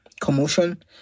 commotion